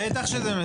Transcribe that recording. בטח שזה משנה,